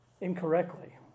incorrectly